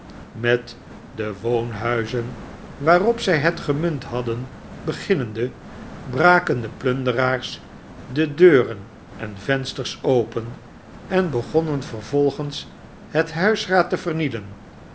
met de woonhuizen waarop zij het gemunt hadden beginnende braken de plunderaars de deuren en vensters open en begonnen vervolgens het huisraad te vernielen